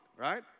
right